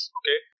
okay